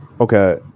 okay